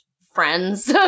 Friends